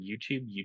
YouTube